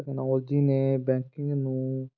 technology ਨੇ banking ਨੂੰ